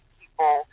people